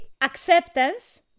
Acceptance